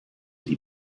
die